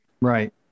Right